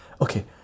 okay